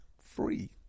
free